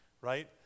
right